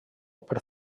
per